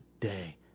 Day